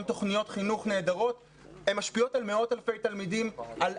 תוכניות חינוך נהדרות שמשפיעות על מאות אלפי תלמידים ועל